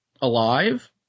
alive